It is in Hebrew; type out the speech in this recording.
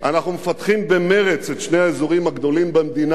אנחנו מפתחים במרץ את שני האזורים הגדולים במדינה,